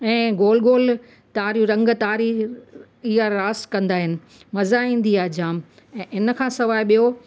ऐं गोल गोल ताड़ियूं रंग ताड़ी इहा रास कंदा आहिनि मज़ा ईंदी आहे जाम ऐं हिन खां सवाइ ॿियो